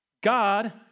God